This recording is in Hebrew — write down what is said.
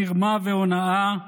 מרמה והונאה,